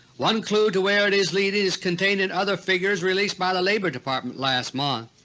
one clue to where it is leading is contained in other figures released by the labor department last month.